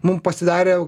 mum pasidarė